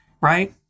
right